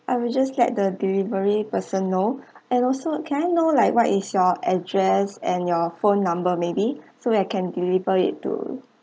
I will just let the delivery person know and also can I know like what is your address and your phone number maybe so I can deliver it to